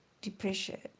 depression